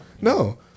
No